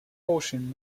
portion